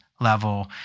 level